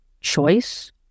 choice